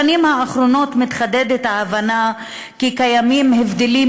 בשנים האחרונות מתחדדת ההבנה כי קיימים הבדלים